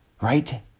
right